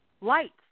lights